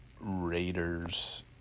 Raiders